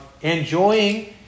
enjoying